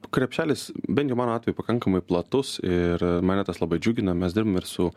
krepšelis bent jau mano atveju pakankamai platus ir mane tas labai džiugina mes dirbam ir su